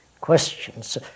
questions